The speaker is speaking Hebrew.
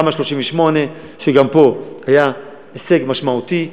תמ"א 38, גם פה היה הישג משמעותי,